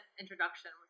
introduction